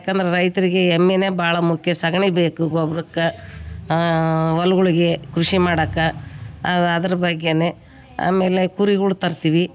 ಯಾಕೆಂದರೆ ರೈತರಿಗೆ ಎಮ್ಮಿನೆ ಭಾಳ ಮುಖ್ಯ ಸಗಣಿ ಬೇಕು ಗೊಬ್ರುಕ್ಕ ಹೊಲುಗುಳ್ಗೆ ಕೃಷಿ ಮಾಡಕ್ಕ ಅದ್ರ ಬಗ್ಗೆನೇ ಆಮೇಲೆ ಕುರಿಗಳು ತರ್ತೀವಿ